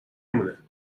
مونه